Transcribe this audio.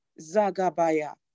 Zagabaya